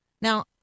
Now